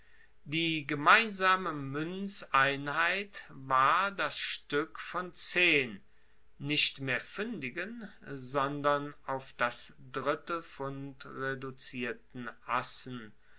die gemeinsame muenzeinheit war das stueck von zehn nicht mehr pfuendigen sondern auf das drittelpfund reduzierten assen